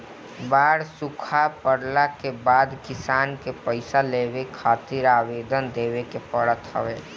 बाढ़ सुखा पड़ला के बाद किसान के पईसा लेवे खातिर आवेदन देवे के पड़त हवे